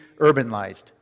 urbanized